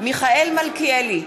מיכאל מלכיאלי,